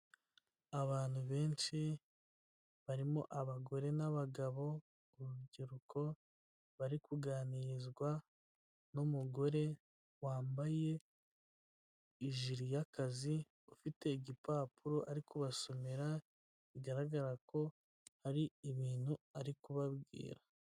Abantu benshi barimo abagore n'abagabo, urubyiruko, bari kuganirizwa n'umugore wambaye ijire y'akazi ufite igipapuro ari kubasomera bigaragara ko hari ibintu ari kubabwira.